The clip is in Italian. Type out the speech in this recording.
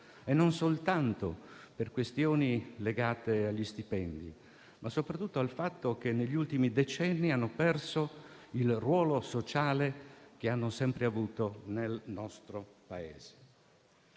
non soltanto legate agli stipendi, ma anche e soprattutto al fatto che, negli ultimi decenni, hanno perso quel ruolo sociale che hanno sempre avuto nel nostro Paese.